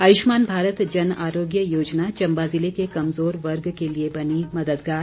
आयुष्मान भारत जन आरोग्य योजना चंबा जिले के कमजोर वर्ग के लिए बनी मददगार